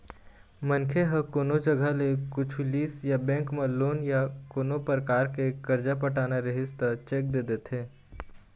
मनखे ह कोनो जघा ले कुछु लिस या बेंक म लोन या कोनो परकार के करजा पटाना रहिस त चेक दे देथे